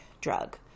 drug